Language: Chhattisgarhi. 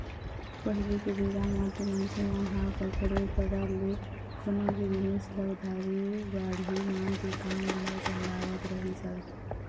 पहिली के बेरा म तो मनखे मन ह कखरो करा ले कोनो भी जिनिस ल उधारी बाड़ही मांग के काम ल चलावत रहिस हवय